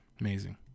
Amazing